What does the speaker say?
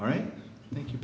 all right thank you